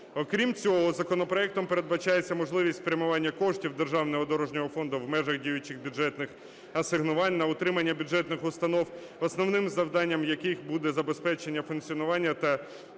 Окрім цього, законопроектом передбачається можливість спрямування коштів Державного дорожнього фонду в межах діючих бюджетних асигнувань на утримання бюджетних установ, основним завданням яких буде забезпечення функціонування та